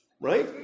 right